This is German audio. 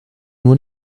nur